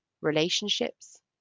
Relationships